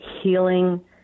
healing